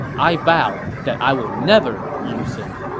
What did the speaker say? i vow that i will never use him.